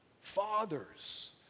fathers